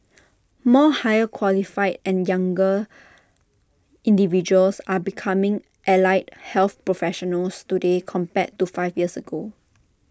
more higher qualified and younger individuals are becoming allied health professionals today compared to five years ago